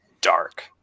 dark